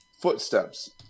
footsteps